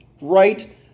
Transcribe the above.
Right